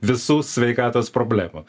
visų sveikatos problemų